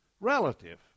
relative